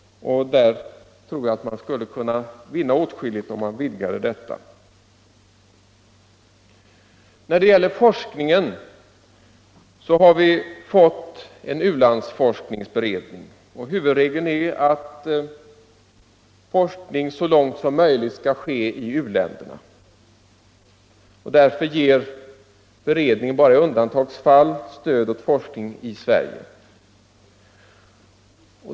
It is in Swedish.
Jag tror att man skulle vinna åtskilligt, om man vidgade möjligheterna. När det gäller forskningen har vi fått en u-landsforskningsberedning, och huvudregeln är att forskning så långt som möjligt skall ske i uländerna. Därför ger beredningen bara i undantagsfall stöd åt forskning i Sverige.